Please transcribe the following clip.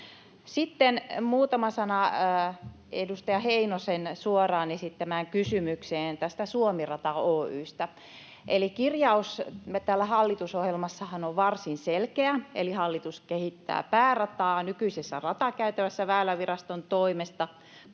Sitten muutama sana edustaja Heinosen suoraan esittämään kysymykseen tästä Suomi-rata Oy:stä. Eli kirjaus meillä täällä hallitusohjelmassahan on varsin selkeä: ”Hallitus kehittää päärataa nykyisessä ratakäytävässä Väyläviraston toimesta